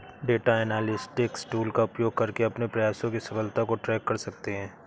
data analytics tool का उपयोग करके अपने प्रयासों की सफलता को ट्रैक कर सकते है